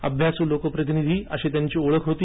अभ्यासू लोकप्रतिनिधी अशी त्यांची ओळख होती